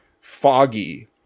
foggy